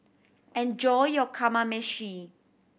enjoy your Kamameshi